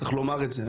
צריך לומר את זה,